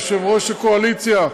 יושב-ראש הקואליציה,